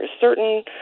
certain